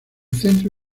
centro